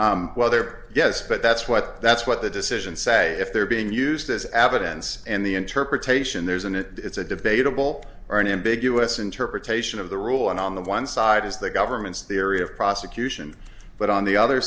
light whether yes but that's what that's what the decision say if they're being used as evidence and the interpretation there's an it's a debatable or an ambiguous interpretation of the rule and on the one side is the government's theory of prosecution but on the other